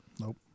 Nope